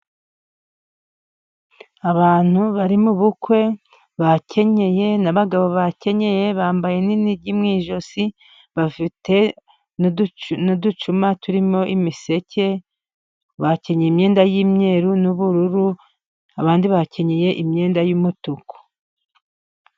Abantu bari mu bukwe, bakenyeye n'abagabo bakenyeye, bambaye n'inigi mu ijosi, bafite n'uducuma turimo imiseke, bakenyeye imyenda y'imyeru n'ubururu abandi bakenyeye imyenda y'umutuku.